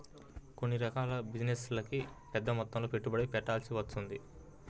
కొన్ని రకాల బిజినెస్లకి పెద్దమొత్తంలో పెట్టుబడుల్ని పెట్టాల్సి వత్తది